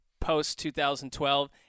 post-2012